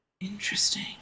Interesting